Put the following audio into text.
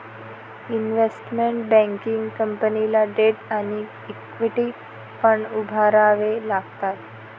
investment banking कंपनीला debt आणि equity fund उभारावे लागतात